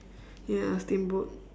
ya steamboat